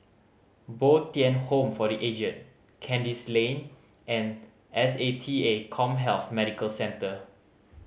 Bo Tien Home for The Aged Kandis Lane and S A T A CommHealth Medical Centre